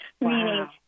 Meaning